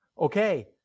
okay